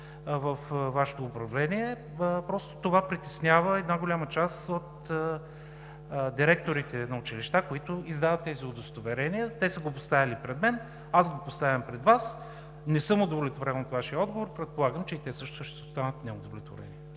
във Вашето управление – просто това притеснява голяма част от директорите на училища, които издават тези удостоверения. Те са го поставили пред мен – аз го поставям пред Вас. Не съм удовлетворен от Вашия отговор – предполагам, че те също ще останат неудовлетворени.